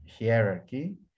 hierarchy